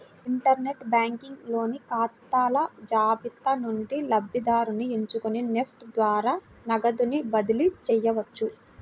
inter net banking లోని ఖాతాల జాబితా నుండి లబ్ధిదారుని ఎంచుకొని నెఫ్ట్ ద్వారా నగదుని బదిలీ చేయవచ్చు